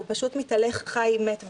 הוא פשוט מתהלך חי-מת בעולם.